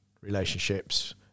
relationships